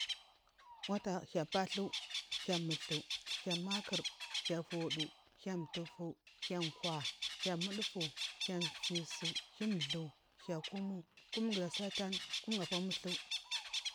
Wuta hiya pathu, hiya muthu, hiya makuru, hiya audu, hiya umtufu, hiya unkuwa, hiyu mudufu, hiya untsisu, hiya unithu, hiya kumu. Kumu ga sudiyafau kumu gap o muthu